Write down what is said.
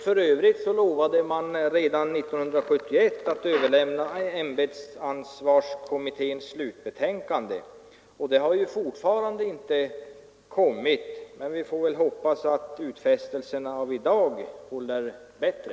För övrigt lovade ämbetsansvarskommittén redan 1971 att överlämna sitt slutbetänkande, men det har fortfarande inte kommit. Vi får hoppas att utfästelserna av i dag hålls bättre.